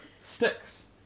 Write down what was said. sticks